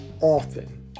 often